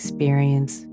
experience